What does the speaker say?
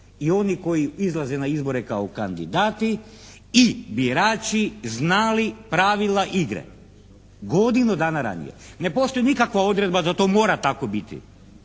i oni koji izlaze na izbore kao kandidati i birači znali pravila igre. Godinu dana ranije. Ne postoji nikakva odredba da to mora tako biti